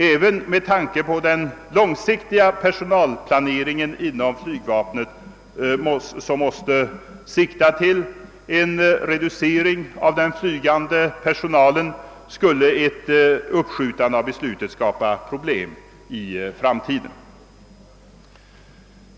Även med tanke på den långsiktiga personalplaneringen inom flygvapnet, som måste sikta till en reducering av den flygande personalen, skulle ett uppskov med beslutet skapa problem i framtiden.